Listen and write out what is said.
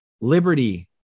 liberty